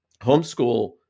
Homeschool